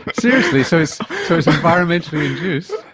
seriously? so it's environmentally induced?